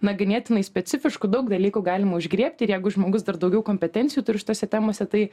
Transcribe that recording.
na ganėtinai specifiškų daug dalykų galima užgriebti jeigu žmogus dar daugiau kompetencijų turi šitose temose tai